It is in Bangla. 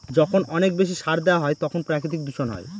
যখন অনেক বেশি সার দেওয়া হয় তখন প্রাকৃতিক দূষণ হয়